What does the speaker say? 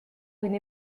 une